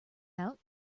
out